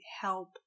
help